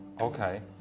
Okay